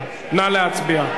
נא להצביע.